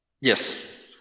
yes